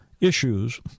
issues